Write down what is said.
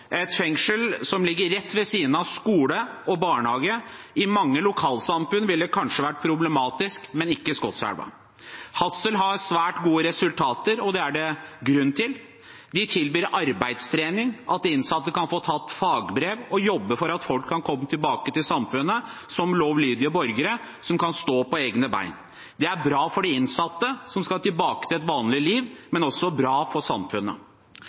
Et av fengslene er Hassel, som ligger i Øvre Eiker kommune, på bygda i Skotselv. Der vokste jeg opp, altså ikke i fengslet, men på bygda i Skotselv. Fengslet ligger rett ved siden av skole og barnehage. I mange lokalsamfunn ville det kanskje vært problematisk, men ikke i Skotselv. Hassel har svært gode resultater, og det er det grunn til. De tilbyr arbeidstrening, og de innsatte kan ta fagbrev og jobbe for å komme tilbake til samfunnet som lovlydige borgere som kan stå på egne